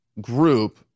group